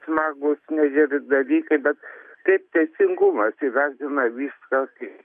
smagūs negeri dalykai bet kaip teisingumas įvesdina viską